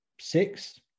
six